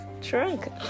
trunk